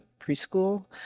preschool